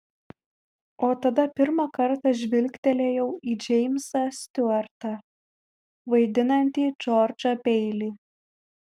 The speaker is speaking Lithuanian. o tada pirmą kartą žvilgtelėjau į džeimsą stiuartą vaidinantį džordžą beilį